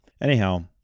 Anyhow